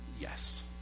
yes